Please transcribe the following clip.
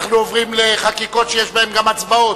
אנחנו עוברים לחקיקות שיש בהן גם הצבעות.